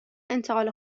انتقال